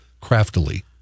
craftily